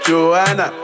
Joanna